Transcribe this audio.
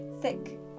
thick